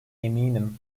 eminim